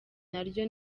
naryo